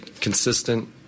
consistent